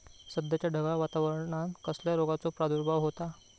सध्याच्या ढगाळ वातावरणान कसल्या रोगाचो प्रादुर्भाव होता?